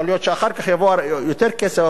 יכול להיות שאחר כך יבוא יותר כסף,